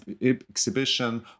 exhibition